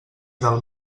del